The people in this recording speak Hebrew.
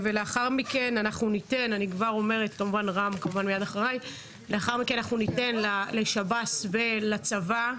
ובאמת שר הבט"פ דאז גלעד ארדן ביקש לפתוח בחקירה פלילית הזאת.